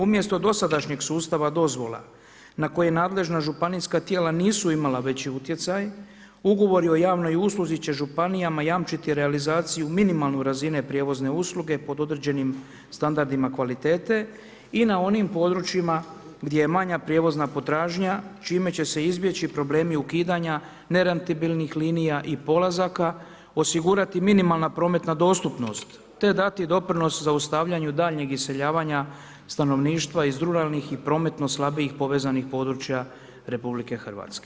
Umjesto dosadašnjeg sustava dozvola na koji nadležna županijska tijela nisu imala veći utjecaj, ugovori o javnoj usluzi će županijama jamčiti realizaciju minimalne razine prijevozne usluge pod određenim standardima kvalitete i na ovim područjima gdje je manja prijevozna potražnja čime se će izbjeći problemi ukidanja nerentabilnih linija i polazaka, osigurati minimalna prometna dostupnost te dati doprinos daljnjeg iseljavanja stanovništva iz ruralnih i prometno slabijih povezanih područja RH.